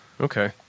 Okay